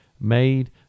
made